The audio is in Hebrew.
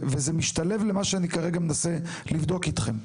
וזה משתלב למה שאני כרגע מנסה לבדוק איתכם.